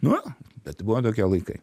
nu bet buvo tokie laikai